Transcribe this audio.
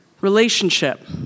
relationship